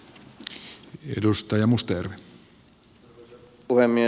arvoisa puhemies